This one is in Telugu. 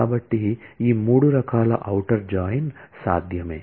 కాబట్టి ఈ మూడు రకాల ఔటర్ జాయిన్ సాధ్యమే